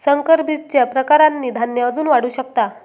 संकर बीजच्या प्रकारांनी धान्य अजून वाढू शकता